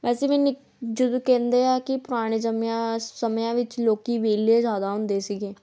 ਵੈਸੇ ਮੈਨੇ ਜਦੋਂ ਕਹਿੰਦੇ ਆ ਕਿ ਪੁਰਾਣੇ ਜੰਮਿਆਂ ਸਮਿਆਂ ਵਿੱਚ ਲੋਕ ਵਿਹਲੇ ਜ਼ਿਆਦਾ ਹੁੰਦੇ ਸੀਗੇ